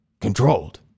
controlled